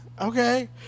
Okay